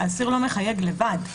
האסיר לא מחייג לבד.